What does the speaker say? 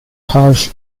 harsh